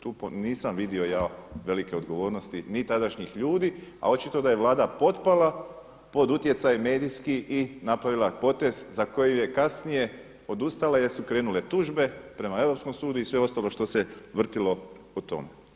Tu nisam vidio ja velike odgovornosti ni tadašnjih ljudi, a očito da je Vlada potpala pod utjecaj medijski i napravila potez za koji je kasnije odustala jer su krenule tužbe prema Europskom sudu i sve ostalo što se vrtilo o tome.